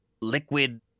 liquid